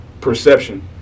perception